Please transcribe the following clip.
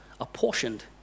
apportioned